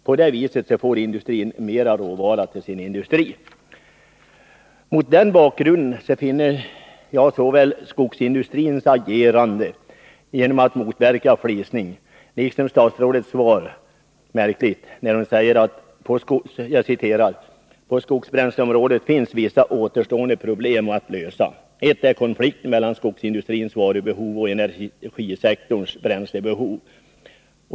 På det viset får industrin mera råvara till sin industri. Mot den bakgrunden finner jag såväl skogsindustrins agerande, att motverka flisning, som statsrådets svar märkliga. Hon säger att det ”på skogsbränsleområdet finns vissa återstående problem att lösa. Ett är konflikten mellan skogsindustrins råvarubehov och energisektorns bränslebehov.